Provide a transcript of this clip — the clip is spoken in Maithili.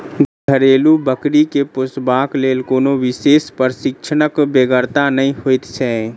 घरेलू बकरी के पोसबाक लेल कोनो विशेष प्रशिक्षणक बेगरता नै होइत छै